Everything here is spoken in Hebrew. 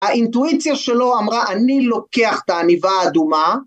‫האינטואיציה שלו אמרה, ‫אני לוקח את העניבה האדומה.